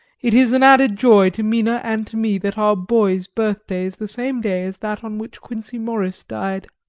it is an added joy to mina and to me that our boy's birthday is the same day as that on which quincey morris died.